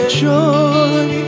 joy